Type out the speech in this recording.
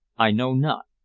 i know not.